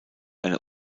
eine